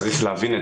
את זה צריך להבין.